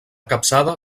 capçada